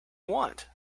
want